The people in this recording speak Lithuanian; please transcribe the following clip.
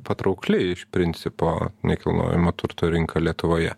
patraukli iš principo nekilnojamo turto rinka lietuvoje